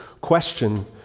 question